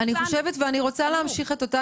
רוצה להמשיך את אותה